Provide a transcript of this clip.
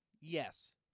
Yes